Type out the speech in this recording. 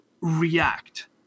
react